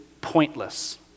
pointless